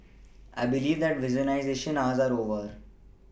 I believe that hours are over